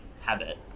habit